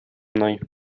мной